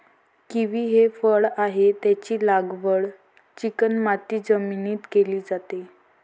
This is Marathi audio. किवी हे फळ आहे, त्याची लागवड चिकणमाती जमिनीत केली जाते